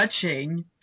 touching